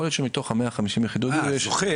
יכול להיות שמתוך ה-150 יחידות הדיור יש --- הזוכה